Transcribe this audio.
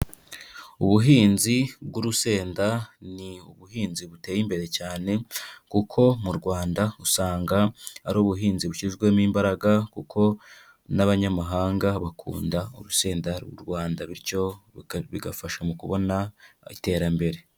Ubuhinzi bw'urusenda ni ubuhinzi buteye imbere cyane kuko mu Rwanda usanga ari ubuhinzi bushyijwemo imbaraga kuko n'abanyamahanga bakunda urusenda u Rwanda bityo bigafasha mu kubona iterambere.